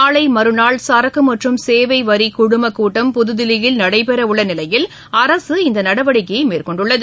நாளை மற்றாள் சரக்கு மற்றும் சேவை வரி குழமக்கூட்டம் புதுதில்லியில் நடைபெறவுள்ள நிலையில் அரசு இந்த நடவடிக்கையை மேற்கொண்டுள்ளது